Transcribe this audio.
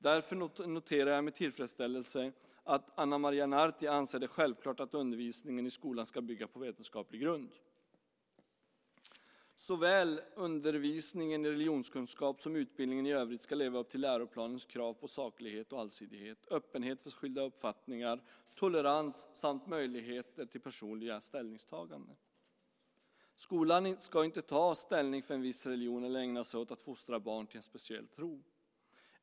Därför noterar jag med tillfredsställelse att Ana Maria Narti anser det självklart att undervisningen i skolan ska bygga på vetenskaplig grund. Såväl undervisningen i religionskunskap som utbildningen i övrigt ska leva upp till läroplanens krav på saklighet och allsidighet, öppenhet för skilda uppfattningar, tolerans samt möjligheter till personliga ställningstaganden. Skolan ska inte ta ställning för en viss religion eller ägna sig åt att fostra barn till en speciell tro.